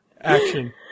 action